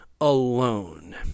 alone